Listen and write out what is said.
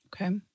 Okay